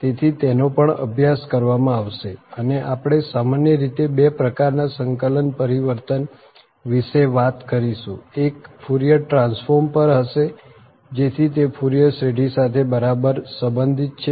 તેથી તેનો પણ અભ્યાસ કરવામાં આવશે અને આપણે સામાન્ય રીતે બે પ્રકારના સંકલન પરિવર્તન વિશે વાત કરીશું એક ફુરિયરટ્રાન્સફોર્મ પર હશે જેથી તે ફુરિયર શ્રેઢી સાથે બરાબર સંબંધિત છે